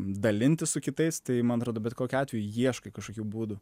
dalintis su kitais tai man atrodo bet kokiu atveju ieškai kažkokių būdų